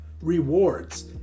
rewards